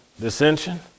dissension